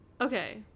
Okay